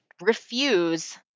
refuse